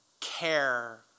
care